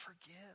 forgive